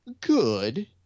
good